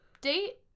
date